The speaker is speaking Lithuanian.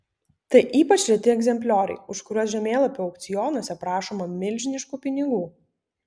tai ypač reti egzemplioriai už kuriuos žemėlapių aukcionuose prašoma milžiniškų pinigų